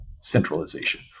centralization